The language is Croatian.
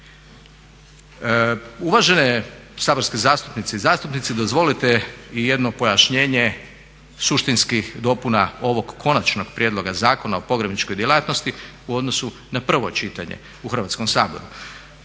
Uvažene saborske zastupnice i zastupnici dozvolite i jedno pojašnjenje suštinskih dopuna ovog konačnog prijedloga Zakona o pogrebničkoj djelatnosti u odnosu na prvo čitanje u Hrvatskom saboru.